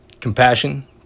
Compassion